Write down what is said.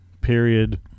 period